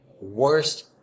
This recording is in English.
worst